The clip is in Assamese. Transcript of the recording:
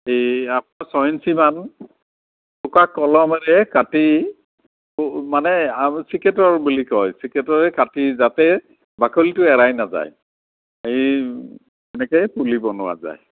এই আপোনাৰ ছয় ইঞ্চি মান চোকা কলমেৰে কাটি মানে চিকেটৰ বুলি কয় চিকেটৰে কাটি যাতে বাকলিটো এৰাই নাযায় এই এনেকৈ পুলি বনোৱা যায়